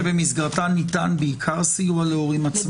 שבמסגרתה ניתן בעיקר סיוע להורים עצמאיים.